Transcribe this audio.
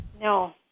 No